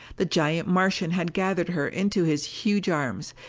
the giant martian had gathered her into his huge arms,